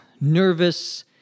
nervous